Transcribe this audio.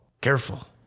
Careful